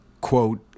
quote